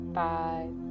five